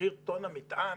מחיר טונה מטען,